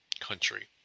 country